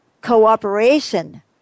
cooperation